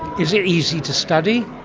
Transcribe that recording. is it easy to study?